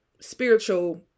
spiritual